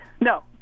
No